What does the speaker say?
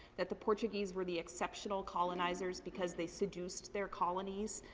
that the portuguese were the exceptional colonizers, because they seduced their colonies.